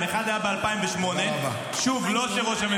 אושר, אתה מכיר את הסכם ירושלים?